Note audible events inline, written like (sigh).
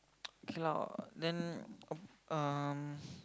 (noise) okay lah then um